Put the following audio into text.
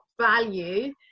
value